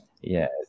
Yes